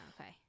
Okay